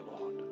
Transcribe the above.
Lord